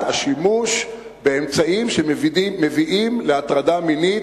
השימוש באמצעים שמביאים להטרדה מינית,